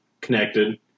connected